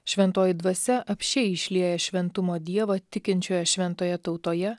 šventoji dvasia apsčiai išlieja šventumo dievą tikinčioje šventoje tautoje